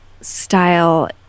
style